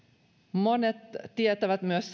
monet tietävät myös